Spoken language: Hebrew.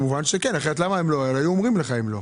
מובן שכן, אחרת היו אומרים לך אם לא.